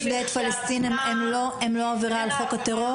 נפדה את פלסטין" הם לא עבירה על חוק הטרור.